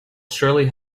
surely